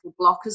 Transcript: blockers